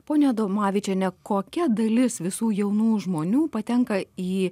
ponią adomavičienę kokia dalis visų jaunų žmonių patenka į